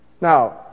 Now